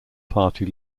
party